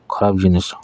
ଖରାପ ଜିନିଷ